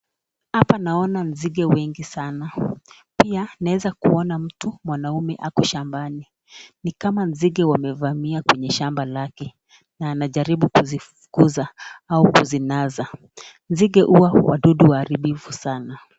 Hapa naona nzige wengi sana. Pia naweza kuona mtu mwanaume ako shambani. Ni kama nzige wamevamia kwenye shamba lake na anajaribu kuzifukuza au kuzinasa. Nzige huwa wadudu waharibifu sana.